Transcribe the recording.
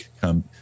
come